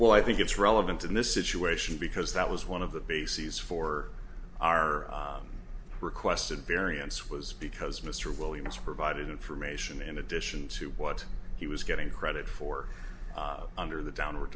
well i think it's relevant in this situation because that was one of the bases for our requested variance was because mr williams provided information in addition to what he was getting credit for under the downward